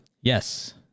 yes